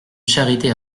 charité